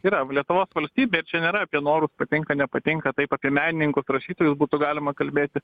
yra lietuvos valstybė ir čia nėra apie norus patinka nepatinka taip apie menininkus rašytojus būtų galima kalbėti